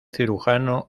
cirujano